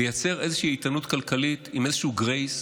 לייצר איזושהי איתנות כלכלית עם איזשהו גרייס,